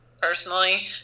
personally